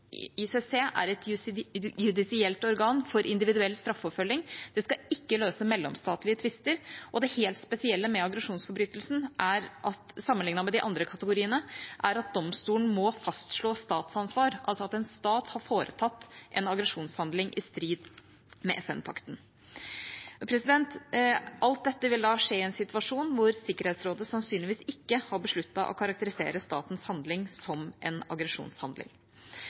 ICC er et judisielt organ for individuell strafforfølging, det skal ikke løse mellomstatlige tvister. Det helt spesielle med aggresjonsforbrytelse, sammenlignet med de andre kategoriene, er at domstolen må fastslå statsansvar, altså at en stat har foretatt en aggresjonshandling i strid med FN-pakten. Alt dette vil skje i en situasjon der Sikkerhetsrådet sannsynligvis ikke har besluttet å karakterisere statens handling som en aggresjonshandling.